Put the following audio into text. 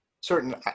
certain